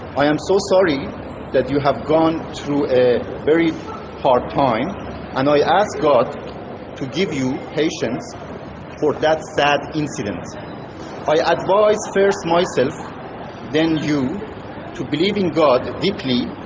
i am so sorry that you have gone through a very hard time and i ask god to give you patience for that sad incident i advise first myself and then you to believe in god deeply